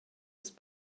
ist